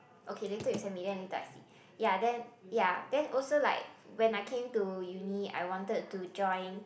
okay later you send me then later I see ya then ya then also like when I came to uni I wanted to join